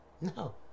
No